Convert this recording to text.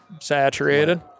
saturated